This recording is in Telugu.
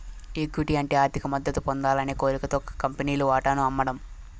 ఈక్విటీ అంటే ఆర్థిక మద్దతు పొందాలనే కోరికతో ఒక కంపెనీలు వాటాను అమ్మడం